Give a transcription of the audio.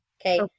Okay